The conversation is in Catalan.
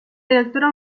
directora